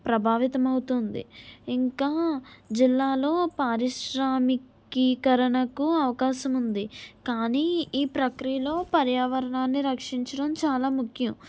ప్రభావితమవుతుంది ఇంకా జిల్లాలో పారిశ్రామికీకరణకు అవకాశం ఉంది కానీ ఈ ప్రక్రియలో పర్యావరణాన్ని రక్షించడం చాలా ముఖ్యం